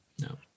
No